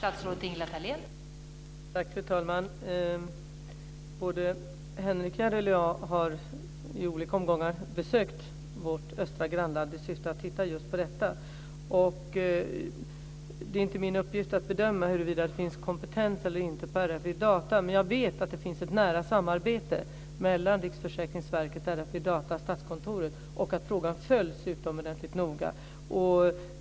Fru talman! Både Henrik Järrel och jag har i olika omgångar besökt vårt östra grannland i syfte att titta just på detta. Det är inte min uppgift att bedöma huruvida det finns kompetens eller inte på RFV Data. Men jag vet att det finns ett nära samarbete mellan Riksförsäkringsverket, RFV Data och Statskontoret och att frågan följs utomordentligt noga.